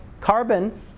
carbon